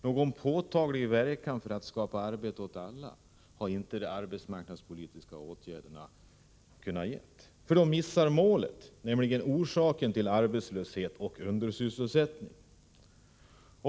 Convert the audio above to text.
Någon påtaglig verkan för att skapa arbete åt alla har inte de arbetsmarknadspolitiska åtgärderna kunnat ge, för de missar målet, nämligen orsaken till arbetslöshet och undersysselsättning.